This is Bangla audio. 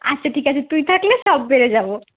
আচ্ছা ঠিক আছে তুই থাকলে সব পেরে যাবো